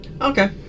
Okay